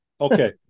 Okay